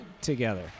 together